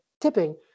tipping